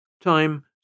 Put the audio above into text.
Time